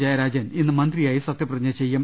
ജയരാജൻ ഇന്ന് മന്ത്രി യായി സത്യപ്രതിജ്ഞ ചെയ്യും